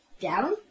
Down